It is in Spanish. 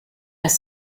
has